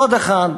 עוד אחת,